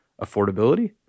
affordability